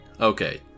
Okay